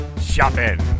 shopping